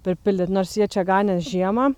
pripildyt nors jie čia ganės žiemą